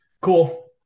Cool